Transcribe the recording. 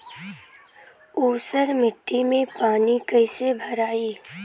ऊसर मिट्टी में पानी कईसे भराई?